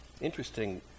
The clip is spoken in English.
Interesting